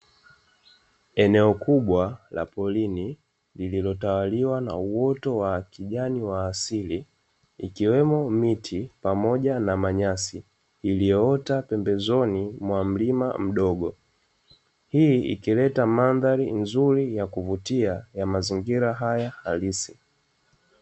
Eneo kubwa la polini lililotawaliwa na uwoto wa kijani wa asili, Ikiwemo miti pamoja na manyasi iliyo ota pembezoni mwa mlima mdogo, Hii ikileta mandhali nzuri ya kuvutia ya mazingira haya halisi.